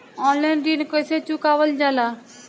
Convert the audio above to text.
Online ऋण कईसे चुकावल जाला?